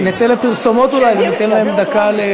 נצא לפרסומות אולי, ניתן להם דקה.